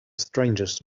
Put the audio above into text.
strangest